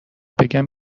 بگم